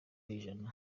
ijana